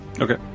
Okay